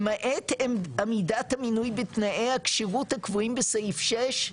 למעט עמידת המינוי בתנאי הכשירות הקבועים בסעיף 6,